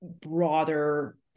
broader